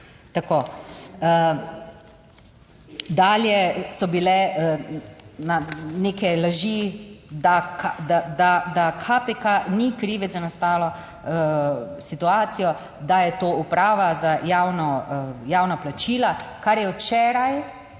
Tako. Dalje so bile na neke laži, da KPK ni krivec za nastalo situacijo, da je to Uprava za javna, javna plačila, kar je včeraj